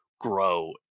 grow